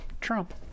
Trump